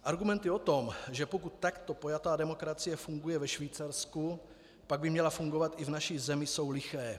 Argumenty o tom, že pokud takto pojatá demokracie funguje ve Švýcarsku, pak by měla fungovat i v naší zemi, jsou liché.